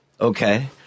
Okay